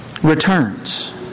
Returns